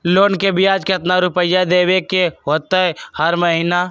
Loan के ब्याज कितना रुपैया देबे के होतइ हर महिना?